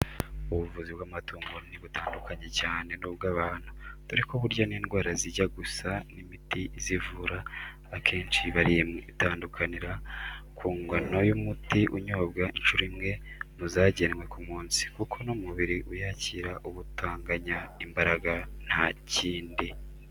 Ubuvuzi bw'amatungo ntibutandukanye cyane n'ubw'abantu, dore ko burya n'indwara zijya gusa n'imiti izivura akenshi iba ari imwe, itandukanira ku ngano y'umuti unyobwa inshuro imwe mu zagenwe ku munsi, kuko n'umubiri uyakira uba utanganya imbaraga, nta kindi.